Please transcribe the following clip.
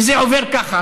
וזה עובר ככה,